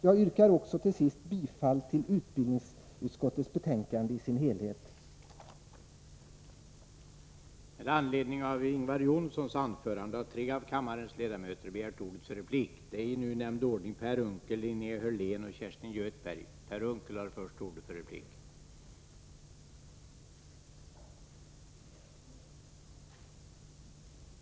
Jag yrkar också till sist bifall till utbildningsutskottets betänkande 1983/84:14 i dess helhet.